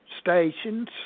stations